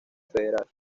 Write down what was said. federal